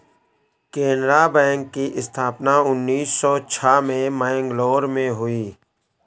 Canara bank की स्थापना उन्नीस सौ छह में मैंगलोर में हुई